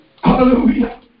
Hallelujah